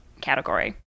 category